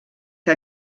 que